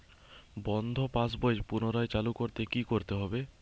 বন্ধ পাশ বই পুনরায় চালু করতে কি করতে হবে?